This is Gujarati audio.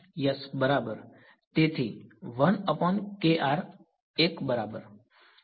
બીજી ટર્મ બરાબર